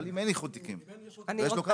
אבל אם אי איחוד תיקים ויש לו כמה,